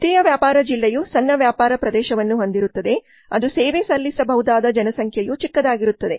ದ್ವಿತೀಯ ವ್ಯಾಪಾರ ಜಿಲ್ಲೆಯು ಸಣ್ಣ ವ್ಯಾಪಾರ ಪ್ರದೇಶವನ್ನು ಹೊಂದಿರುತ್ತದೆ ಅದು ಸೇವೆ ಸಲ್ಲಿಸಬಹುದಾದ ಜನಸಂಖ್ಯೆಯು ಚಿಕ್ಕದಾಗಿರುತ್ತದೆ